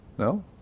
No